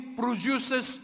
produces